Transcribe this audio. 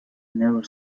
never